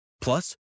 Plus